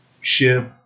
ship